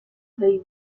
veuille